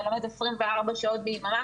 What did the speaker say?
נלמד 24 שעות ביממה